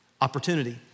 opportunity